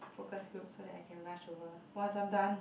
focus group so that I can rush over once I'm done